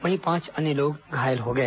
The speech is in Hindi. वहीं पांच अन्य लोग घायल हो गए